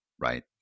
right